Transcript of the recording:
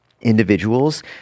individuals